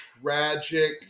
tragic